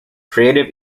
creative